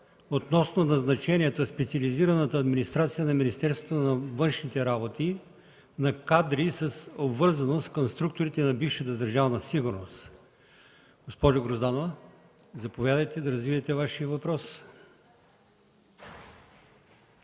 относно назначенията в специализираната администрация на Министерство на външните работи на кадри с обвързаност към структурите на бившата „Държавна сигурност”. Госпожо Грозданова, заповядайте да развиете Вашия въпрос.